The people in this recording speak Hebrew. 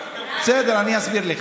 בסדר, אני אסביר לך.